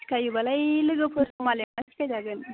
सिखायोबालाय लोगोफोर मालायाबो सिखाय जागोन